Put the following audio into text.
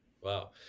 wow